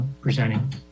presenting